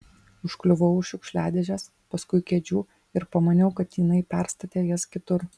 užkliuvau už šiukšliadėžės paskui kėdžių ir pamaniau kad jinai perstatė jas kitur